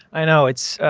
i know it's a,